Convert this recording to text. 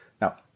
Now